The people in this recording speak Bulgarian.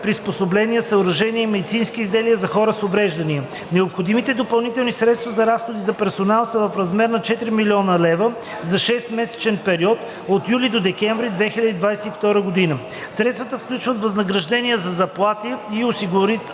приспособления, съоръжения и медицински изделия за хора с увреждания Необходимите допълнителни средства за разходи за персонал са в размер на 4 000,0 хил. лв. за 6-месечен период от юли до декември 2022 г. Средствата включват възнаграждения за заплати и осигурителни